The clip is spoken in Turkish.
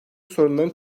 sorunların